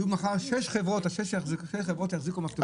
מחר יהיו שש חברות שיחזיקו מפתחות.